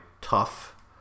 Tough